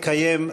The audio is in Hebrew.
התקיים,